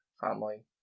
family